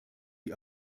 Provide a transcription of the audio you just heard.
die